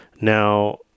Now